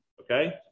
okay